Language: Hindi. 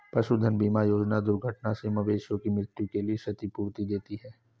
पशुधन बीमा योजना दुर्घटना से मवेशियों की मृत्यु के लिए क्षतिपूर्ति देती है